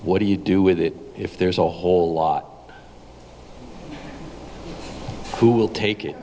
what do you do with it if there's a whole lot who will take it